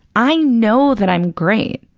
i know that i'm great.